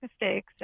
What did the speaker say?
mistakes